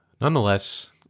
Nonetheless